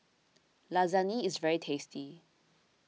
Lasagne is very tasty